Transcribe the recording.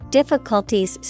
Difficulties